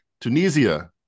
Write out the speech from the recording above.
Tunisia